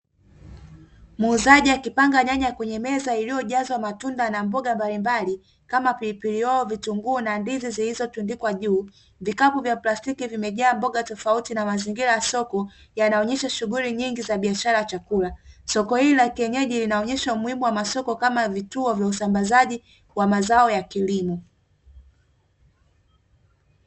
Muuzaji akipanga nyanya kwenye meza iliyojazwa matunda na mboga mbalimbali kama pilipili hoho, vitunguu, na ndizi zilizotundikwa juu, vikapu vya plastiki vimejaa mboga tofauti na mazingira ya soko yanaonyesha shughuli nyingi za biashara ya chakula, soko hili la kienyeji linaonyesha umuhimu wa masoko kama vituo vya usambazaji wa mazao ya kilimo.